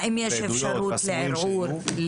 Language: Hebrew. העדויות והסמויים שיהיו,